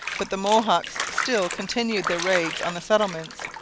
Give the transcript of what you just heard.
but the mohawks still continued their raids on the settlements.